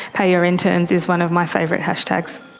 pay your interns is one of my favourite hashtags.